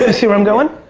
ah see where i'm going?